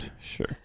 Sure